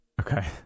Okay